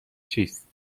چیست